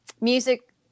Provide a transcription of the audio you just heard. music